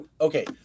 Okay